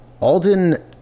Alden